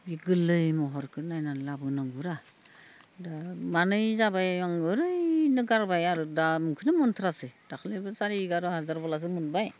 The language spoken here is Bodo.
बि गोरलै महरखौ नायनानै लाबोनांगौरा दा मानै जाबाय आं ओरैनो गारबाय आरो दामखौनो मोनथारासै दाखलैबो सारि एगार' हाजारब्लासो मोनबाय